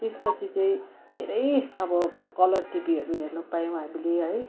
त्यसपछि चाहिँ धेरै अब कलर टिभीहरू हेर्न पायौँ हामीले है